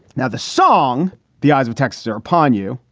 now, the song the eyes of texas are upon you.